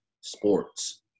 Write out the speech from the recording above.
sports